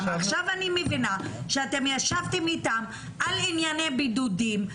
עכשיו אני מבינה שאתם ישבתם איתם על ענייני בידודים,